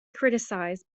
criticised